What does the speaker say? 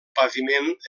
paviment